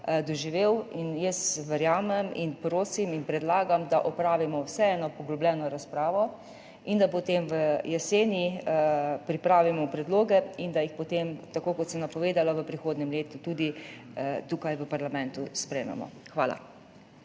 doživel. Jaz verjamem in prosim in predlagam, da opravimo vsaj eno poglobljeno razpravo in da potem v jeseni pripravimo predloge in da jih potem, tako kot sem napovedala, v prihodnjem letu tudi tukaj v parlamentu sprejmemo. Hvala.